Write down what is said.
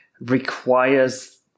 requires